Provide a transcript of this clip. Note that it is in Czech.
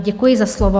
Děkuji za slovo.